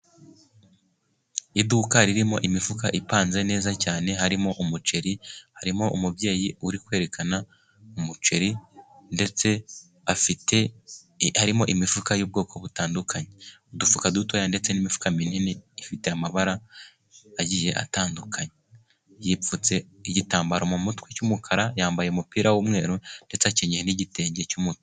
Iduka ririmo imifuka ipanze neza cyane, harimo umuceri, harimo umubyeyi uri kwerekana umuceri, ndetse afite harimo imifuka y'ubwoko butandukanye, udufuka dutoya ndetse n'imifuka minini ifite amabara agiye atandukanye, yipfutse igitambaro mu mutwe cy'umukara, yambaye umupira w'umweru, ndetse akenyeye n'igitenge cy'umutuku.